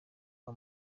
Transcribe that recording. bwa